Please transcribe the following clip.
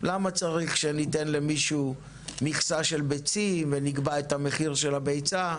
למה צריך שניתן למישהו מכסה של ביצים ונקבע את המחיר של הביצה?